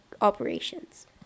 operations